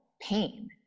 pain